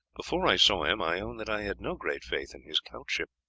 before i saw him i own that i had no great faith in his countship.